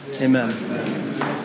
amen